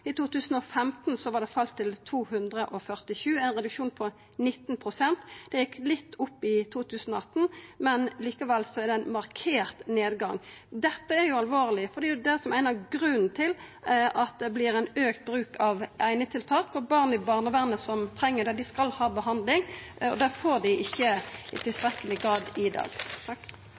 I 2015 hadde det falle til 247 – ein reduksjon på 19 pst. Det gjekk litt opp i 2018, men likevel er det ein markant nedgang. Dette er alvorleg, for det er ein av grunnane til auka bruk av einetiltak. Barn i barnevernet som treng det, skal ha behandling. Det får dei ikkje i tilstrekkeleg grad i dag.